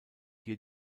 hier